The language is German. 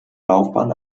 laufbahn